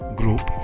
group